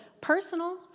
personal